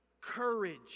courage